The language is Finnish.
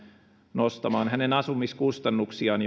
nostamaan hänen asumiskustannuksiaan